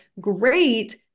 great